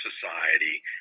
society